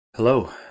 Hello